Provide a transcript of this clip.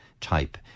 type